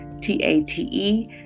T-A-T-E